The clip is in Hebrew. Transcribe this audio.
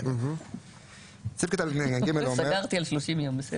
אוקיי, סגרתי על 30 יום.